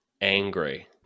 angry